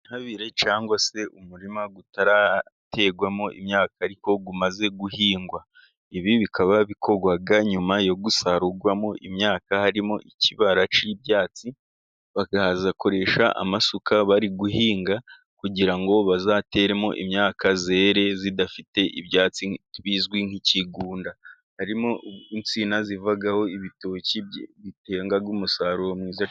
Intabire cyangwa se umurima utaraterwamo imyaka, ariko umaze guhingwa, ibi bikaba bikorwa nyuma yo gusarurwamo imyaka, harimo ikibara cy'ibyatsi bakazakoresha amasuka bari guhinga kugira ngo bazateremo imyaka yere idafite ibyatsi bizwi nk'ikigunda, harimo insina zivaho ibitoki bitanga umusaruro .